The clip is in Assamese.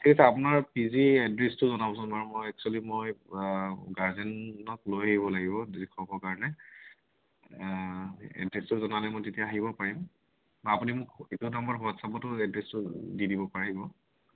ঠিক আছে আপোনাৰ পি জিৰ এড্ৰেছটো জনাবচোন বাৰু মই এক্সোৱেলি মই গাৰ্জেনক লৈ আহিব লাগিব দেখুৱাবৰ কাৰণে এড্ৰেছটো জনালে মই তেতিয়া আহিব পাৰিম বা আপুনি মোক এইটো নাম্বাৰত হোৱাট্ছএপতো এড্ৰেছটো দি দিব পাৰিব